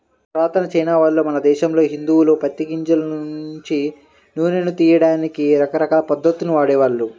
పురాతన చైనావాళ్ళు, మన దేశంలోని హిందువులు పత్తి గింజల నుంచి నూనెను తియ్యడానికి రకరకాల పద్ధతుల్ని వాడేవాళ్ళు